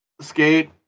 Skate